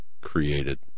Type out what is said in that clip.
created